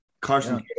Carson